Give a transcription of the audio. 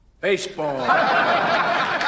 Baseball